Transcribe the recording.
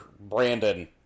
brandon